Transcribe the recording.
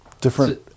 different